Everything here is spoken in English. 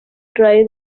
dry